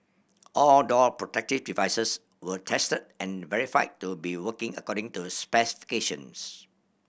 all door protective devices were tested and verified to be working according to specifications